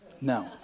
No